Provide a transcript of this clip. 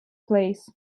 place